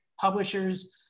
publishers